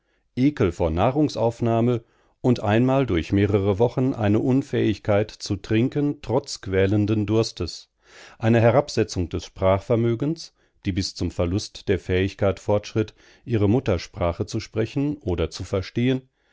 ekel vor nahrungsaufnahme und einmal durch mehrere wochen eine unfähigkeit zu trinken trotz quälenden durstes eine herabsetzung des sprachvermögens die bis zum verlust der fähigkeit fortschritt ihre muttersprache zu sprechen oder zu verstehen